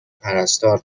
پرستار